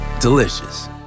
Delicious